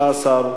15,